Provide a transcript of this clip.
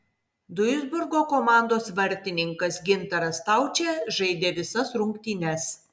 duisburgo komandos vartininkas gintaras staučė žaidė visas rungtynes